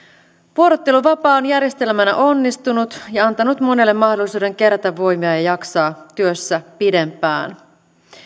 vuorotteluvapaa on järjestelmänä onnistunut ja antanut monelle mahdollisuuden kerätä voimia ja jaksaa työssä pidempään